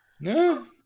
No